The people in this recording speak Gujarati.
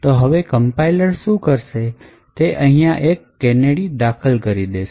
તો હવે કંપાઇલરs શું કરશે કે તે અહીંયા એક કેનેરી દાખલ કરી દે છે